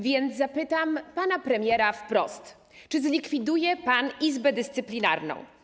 Więc zapytam pana premiera wprost: Czy zlikwiduje pan Izbę Dyscyplinarną?